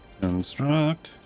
Construct